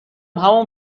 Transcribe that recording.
همون